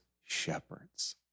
shepherds